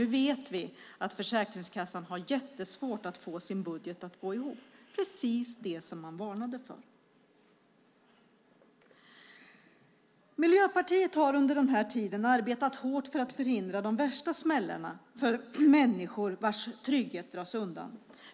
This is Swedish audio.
Nu vet vi att Försäkringskassan har jättesvårt att få sin budget att gå ihop - precis det som man varnade för. Miljöpartiet har under denna tid arbetat hårt för att förhindra de värsta smällarna för människor vars trygghet dras undan.